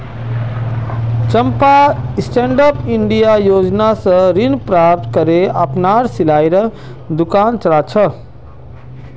चंपा stand up India योजना स ऋण प्राप्त करे अपनार सिलाईर दुकान चला छ